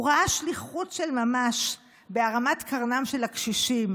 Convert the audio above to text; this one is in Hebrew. הוא ראה שליחות של ממש בהרמת קרנם של הקשישים,